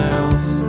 else